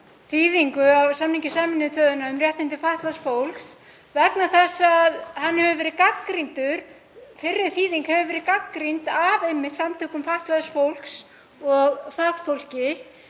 þýðingu á samningi Sameinuðu þjóðanna um réttindi fatlaðs fólks vegna þess að fyrri þýðing hefur verið gagnrýnd af samtökum fatlaðs fólks og fagfólki.